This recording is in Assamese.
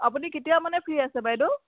আপুনি কেতিয়া মানে ফ্ৰী আছে বাইদেউ